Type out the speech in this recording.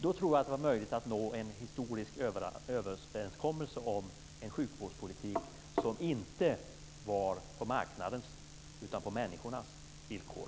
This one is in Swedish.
Då tror jag att det hade varit möjligt att nå en historisk överenskommelse om en sjukvårdspolitik som inte var på marknadens utan på människornas villkor.